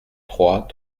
trois